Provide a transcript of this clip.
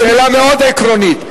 שאלה מאוד עקרונית.